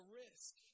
risk